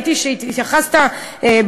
הכנסת.